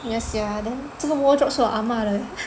yah sia then 这个 wardrobe 是我阿嬷的